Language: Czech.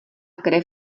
krev